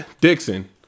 Dixon